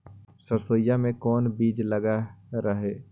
सरसोई मे कोन बीज लग रहेउ?